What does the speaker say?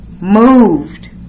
moved